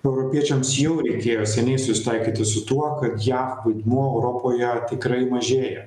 europiečiams jau reikėjo seniai susitaikyti su tuo kad jav vaidmuo europoje tikrai mažėja